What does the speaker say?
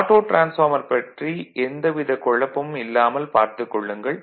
auto transformer பற்றி எந்தவித குழப்பமும் இல்லாமல் பார்த்துக் கொள்ளுங்கள்